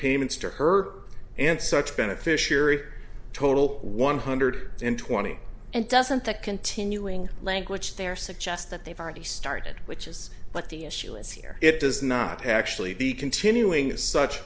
payments to her and such beneficiary total one hundred twenty and doesn't the continuing language there suggest that they've already started which is what the issue is here it does not actually the continuing as such